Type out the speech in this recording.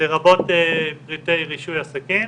לרבות פריטי רישוי עסקים,